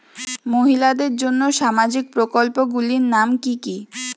মহিলাদের জন্য সামাজিক প্রকল্প গুলির নাম কি কি?